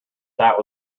that